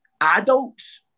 adults